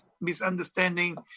misunderstanding